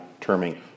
terming